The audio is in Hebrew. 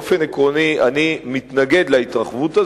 באופן עקרוני אני מתנגד להתרחבות הזו,